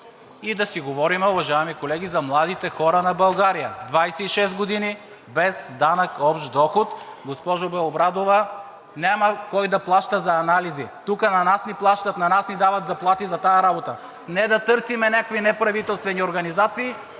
И да си говорим, уважаеми колеги, за младите хора на България, двадесет и шест години без данък общ доход. Госпожо Белобрадова, няма кой да плаща за анализи. Тук на нас ни плащат, на нас ни дават заплати за тази работа. Не да търсим някакви неправителствени организации